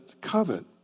covet